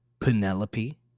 Penelope